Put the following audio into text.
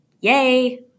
Yay